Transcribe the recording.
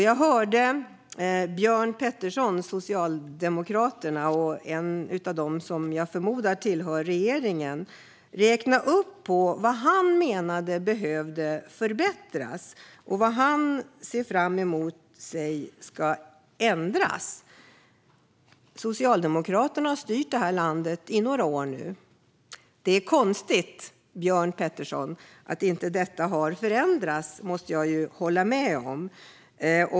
Jag hörde Björn Petersson, från Socialdemokraterna och en av dem som jag förmodar tillhör regeringen, räkna upp vad han menade behöver förbättras och vad han ser framför sig ska ändras. Socialdemokraterna har styrt det här landet i några år nu. Det är konstigt, Björn Petersson, att detta inte har förändrats. Det måste jag hålla med om.